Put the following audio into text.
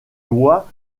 lois